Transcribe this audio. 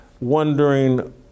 wondering